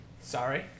Sorry